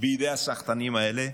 בידי הסחטנים האלה,